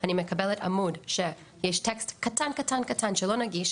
אני מקבלת עמוד שבו יש טקסט קטן ולא נגיש